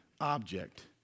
object